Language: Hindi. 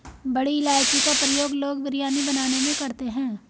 बड़ी इलायची का प्रयोग लोग बिरयानी बनाने में करते हैं